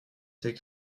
ces